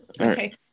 Okay